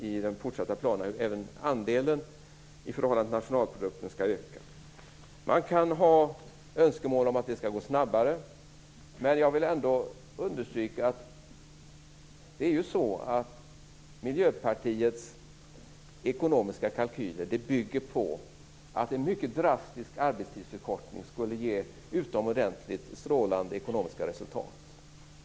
I den fortsatta planeringen ligger att även andelen i förhållande till nationalprodukten skall öka. Man kan ha önskemål om att det skall gå snabbare, men jag vill ändå understryka att Miljöpartiets ekonomiska kalkyler bygger på att en mycket drastisk arbetstidsförkortning skulle ge utomordentligt strålande ekonomiska resultat.